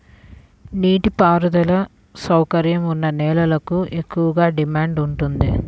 నీటి పారుదల సౌకర్యం ఉన్న నేలలకు ఎక్కువగా డిమాండ్ ఉంటుంది